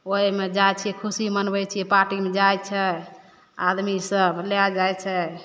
ओहिमे जाइ छियै खुशी मनबै छियै पाटीमे जाइ छै आदमीसब लए जाइ छै